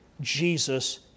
Jesus